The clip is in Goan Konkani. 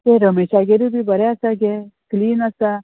ते रमेशागेरूय बी बरें आसा गे क्लीन आसा